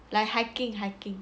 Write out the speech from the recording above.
like hiking hiking